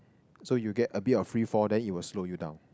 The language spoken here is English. so you get a bit of free fall then it will slow you down